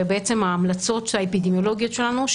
ובעצם ההמלצות האפידמיולוגיות שלנו,